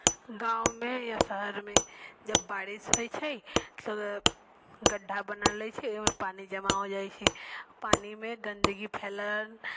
गाँव मे या शहर मे जब बारिश होइ छै गड्ढा बनल रहै छै ओहिमे पानि जमा हो जाइ छै पानि मे गंदगी फैलल